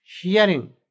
hearing